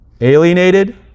alienated